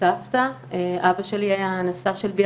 שאישה אהובה עליו תהיה במצב הזה.